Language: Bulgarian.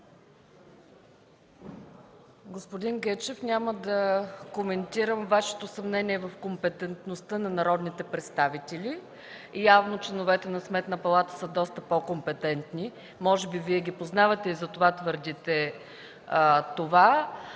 Господин Гечев, няма да коментирам Вашето съмнение в компетентността на народните представители. Явно членовете на Сметната палата са доста по-компетентни. Може би Вие ги познавате и затова твърдите това.